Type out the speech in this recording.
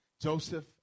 Joseph